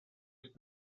ist